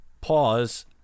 pause